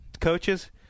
coaches